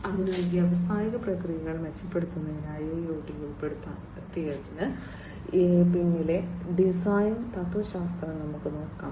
അതിനാൽ വ്യാവസായിക പ്രക്രിയകൾ മെച്ചപ്പെടുത്തുന്നതിന് IIoT ഉൾപ്പെടുത്തിയതിന് പിന്നിലെ ഡിസൈൻ തത്വശാസ്ത്രം നമുക്ക് നോക്കാം